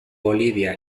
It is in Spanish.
bolivia